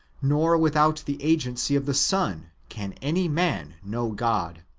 nor without the agency of the son, can any man know god.